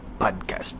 podcast